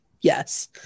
yes